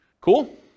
Cool